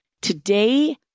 today